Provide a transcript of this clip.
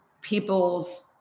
people's